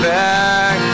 back